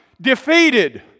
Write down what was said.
defeated